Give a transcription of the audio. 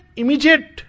immediate